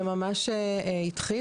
זה ממש התחיל.